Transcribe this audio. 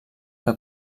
que